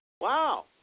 Wow